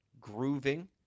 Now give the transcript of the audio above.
grooving